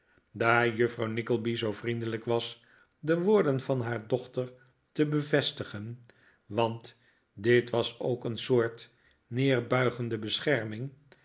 daar juffrouw nickleby zoo vriendelijk was de woorderi van haar dochter te bevestigen want dit was ook een soort